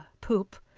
poop,